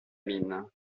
mine